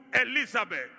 Elizabeth